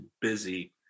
busy